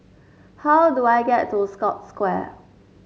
how do I get to Scotts Square